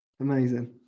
Amazing